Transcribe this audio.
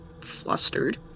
flustered